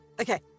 Okay